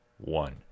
one